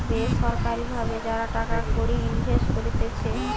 বেসরকারি ভাবে যারা টাকা কড়ি ইনভেস্ট করতিছে